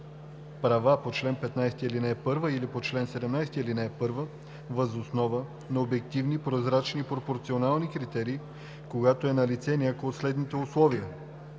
права по чл. 15, ал. 1 или по чл. 17, ал. 1 въз основа на обективни, прозрачни и пропорционални критерии, когато е налице някое от следните условия: